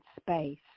space